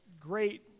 great